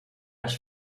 las